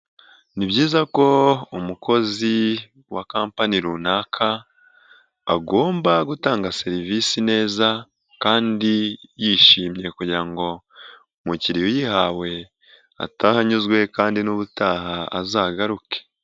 Ni byizayiza ko umukozi wa companyi runaka agomba gutanga serivisi neza kandi yishimye kugira ngo umukiriya uyihawe atahe anyuzwe kandi n'ubutaha azagaruke.